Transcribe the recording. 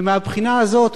ומהבחינה הזאת,